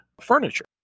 furniture